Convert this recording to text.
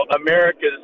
America's